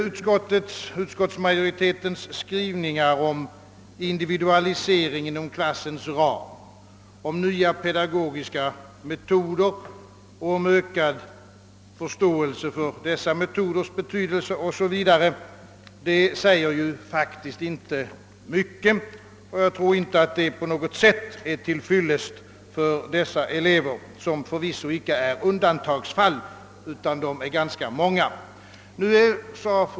Utskottsmajoritetens skrivningar om individualisering inom klassens ram, om nya pedagogiska metoder och om ökad förståelse för dessa metoders betydelse o.s.v. säger inte mycket. Jag tror inte, att de på något sätt är till fyllest för dessa elever, som förvisso icke är undantagsfall utan ganska många.